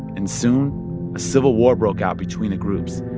and soon, a civil war broke out between the groups.